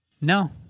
no